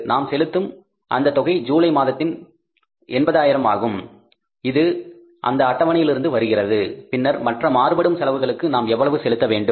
நாம் செலுத்தும் அந்த தொகை ஜூலை மாதத்தில் 80000 ஆகும் இது அந்த அட்டவணையில் இருந்து வருகிறது பின்னர் மற்ற மாறுபடும் செலவுகளுக்கு நாம் எவ்வளவு செலுத்த வேண்டும்